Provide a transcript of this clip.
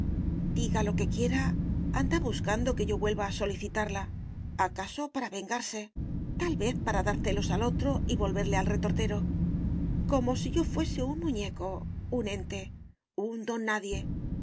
diga lo que quiera anda buscando que yo vuelva a solicitarla acaso para vengarse tal vez para dar celos al otro y volverle al retortero como si yo fuese un muñeco un ente un don nadie